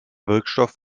wirkstoff